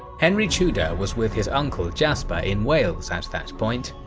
henry tudor was with his uncle jasper in wales at that point,